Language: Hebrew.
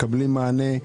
מקבלים מענה.